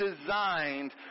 designed